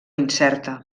incerta